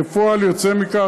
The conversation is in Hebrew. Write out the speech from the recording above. כפועל יוצא מכך,